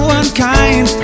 unkind